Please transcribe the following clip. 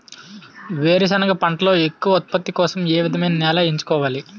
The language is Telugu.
వేరుసెనగ పంటలో ఎక్కువ ఉత్పత్తి కోసం ఏ విధమైన నేలను ఎంచుకోవాలి?